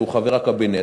שהוא חבר הקבינט,